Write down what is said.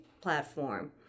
platform